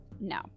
No